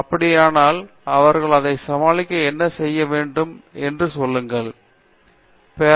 அப்படியானால் அவர்கள் அதை சமாளிக்க என்ன செய்ய வேண்டும் என்று உங்களுக்கு தெரியுமா